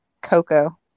coco